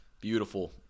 beautiful